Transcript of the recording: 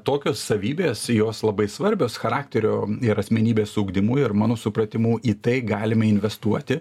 tokios savybės jos labai svarbios charakterio ir asmenybės ugdymui ir mano supratimu į tai galime investuoti